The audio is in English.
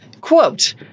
quote